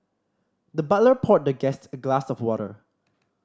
the butler poured the guest a glass of water